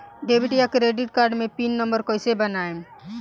Debit या credit card मे pin number कैसे बनाएम?